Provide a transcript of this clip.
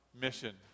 mission